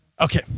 Okay